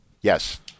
Yes